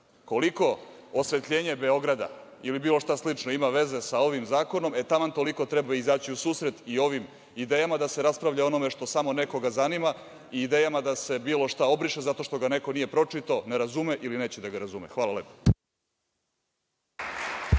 Koliko osvetljenje Beograda ili bilo šta slično ima veze sa ovim zakonom, e, taman toliko treba izaći u susret i ovim idejama da se raspravlja o onome što samo nekoga zanima, idejama da se bilo šta obriše zato što ga neko nije pročitao, ne razume ili neće da ga razume. Hvala lepo.